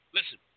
Listen